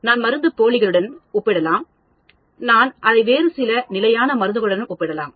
நான் மருந்துப்போலிகளுடன் ஒப்பிடலாம் நான் அதை வேறு சில நிலையான மருந்துகளுடன் ஒப்பிடலாம்